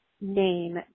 name